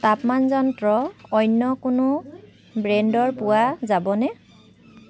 তাপমান যন্ত্ৰ অন্য কোনো ব্ৰেণ্ডৰ পোৱা যাবনে